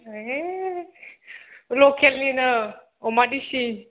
है लकेलनिनो अमा देसि